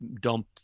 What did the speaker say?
dump